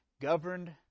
governed